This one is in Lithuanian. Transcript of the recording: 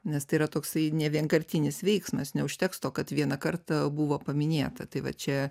nes tai yra toksai nevienkartinis veiksmas neužteks to kad vieną kartą buvo paminėta tai va čia